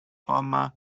comma